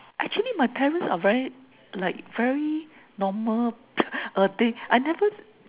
actually my parents are very like very normal uh they I never